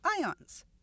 ions